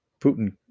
Putin